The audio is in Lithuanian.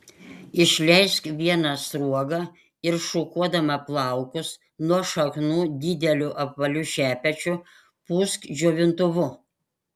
išleisk vieną sruogą ir šukuodama plaukus nuo šaknų dideliu apvaliu šepečiu pūsk džiovintuvu